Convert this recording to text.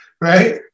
right